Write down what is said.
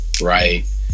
right